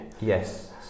yes